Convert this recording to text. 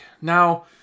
Now